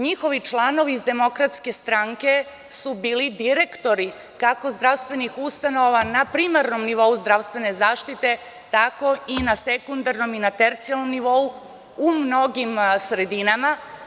Njihovi članovi iz DS su bili direktori kako zdravstvenih ustanova na primarnom nivou zdravstvene zaštite, tako i na sekundarnom i na tercijarnom nivou u mnogim sredinama.